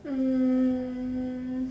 um